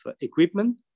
equipment